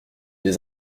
les